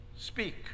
speak